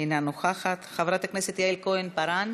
אינה נוכחת, חברת הכנסת יעל כהן-פארן,